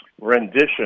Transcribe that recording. rendition